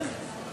כן.